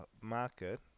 market